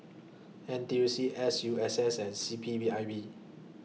N T U C S U S S and C P B I B